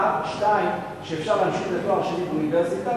2. שאפשר להמשיך לתואר שני באוניברסיטה,